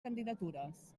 candidatures